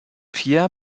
pierre